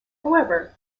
however